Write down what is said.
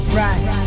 right